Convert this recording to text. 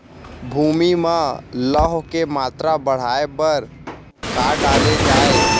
भूमि मा लौह के मात्रा बढ़ाये बर का डाले जाये?